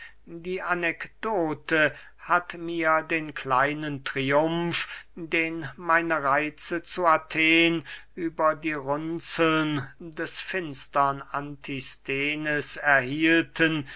die anekdote hat mir den kleinen triumf den meine reitze zu athen über die runzeln des finstern antisthenes erhielten